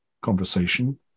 conversation